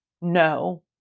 No